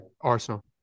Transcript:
Arsenal